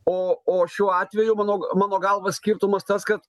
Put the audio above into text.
o o šiuo atveju manau mano galva skirtumas tas kad